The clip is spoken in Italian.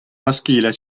maschile